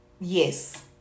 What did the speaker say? Yes